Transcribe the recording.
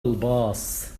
الباص